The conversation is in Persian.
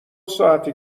ساعته